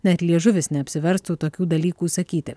net liežuvis neapsiverstų tokių dalykų sakyti